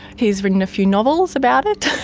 he's written a few novels about it,